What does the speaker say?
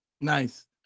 nice